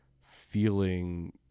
feeling